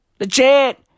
Legit